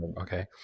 Okay